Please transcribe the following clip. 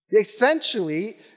Essentially